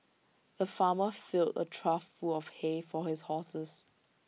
the farmer filled A trough full of hay for his horses